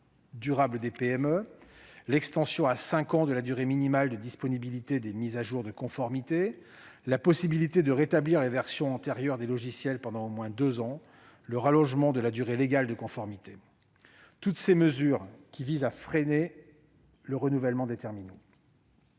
durable des PME, à l'extension à cinq ans de la durée minimale de disponibilité des mises à jour de conformité, à la possibilité de rétablir les versions antérieures des logiciels pendant au moins deux ans, au rallongement de la durée légale de conformité. Toutes ces mesures visaient à freiner le renouvellement des terminaux.